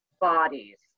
bodies